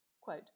quote